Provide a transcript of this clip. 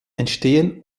entstehen